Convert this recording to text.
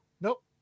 Nope